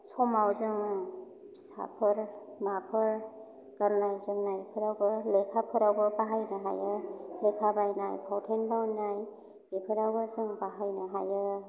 समाव जोङो फिसाफोर माफोर गाननाय जोमनायफ्रावबो लेखाफ्रावबो बाहायनो हायो लेखा बायनाय फावथेन बायनाय बेफोरावबो जों बाहायनो हायो